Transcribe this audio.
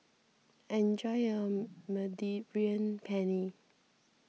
enjoy your Mediterranean Penne